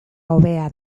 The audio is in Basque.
hobea